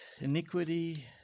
Iniquity